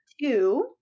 two